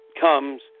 comes